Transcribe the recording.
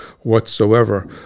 whatsoever